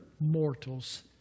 mortals